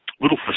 little